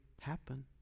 happen